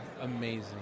amazing